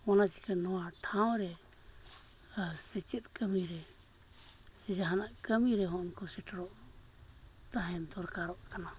ᱚᱱᱟ ᱪᱤᱠᱟᱹ ᱱᱚᱣᱟ ᱴᱷᱟᱶ ᱨᱮ ᱟᱨ ᱥᱮᱪᱮᱫ ᱠᱟᱹᱢᱤᱨᱮ ᱥᱮ ᱡᱟᱦᱟᱱᱟᱜ ᱠᱟᱹᱢᱤ ᱨᱮᱦᱚᱸ ᱩᱱᱠᱩ ᱥᱮᱴᱮᱨᱚᱜ ᱛᱟᱦᱮᱸ ᱫᱚᱨᱠᱟᱨᱚᱜ ᱠᱟᱱᱟ